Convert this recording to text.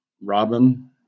Robin